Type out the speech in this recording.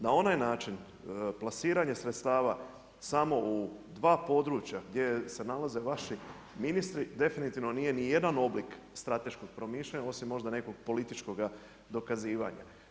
Na onaj način plasiranje sredstava samo u dva područja gdje se nalaze vaši ministri definitivno nije ni jedan oblik strateškog promišljanja osim možda nekog političkoga dokazivanja.